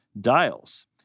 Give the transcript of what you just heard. Dials